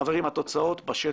חברים, התוצאות בשטח.